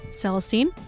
Celestine